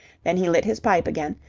then he lit his pipe again,